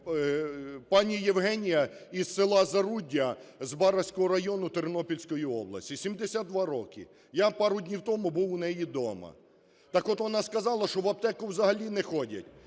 пані Євгенія із села Заруддя Зборівського району Тернопільської області, 72 роки. Я пару днів тому був у неї вдома. Так от вона сказала, що в аптеку взагалі не ходить,